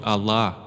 Allah